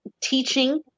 teaching